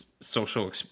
social